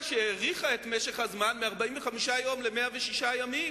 שהאריכה את משך הזמן מ-45 יום ל-106 ימים,